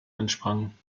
ansprangen